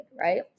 Right